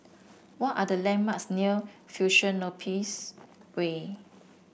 what are the landmarks near Fusionopolis Way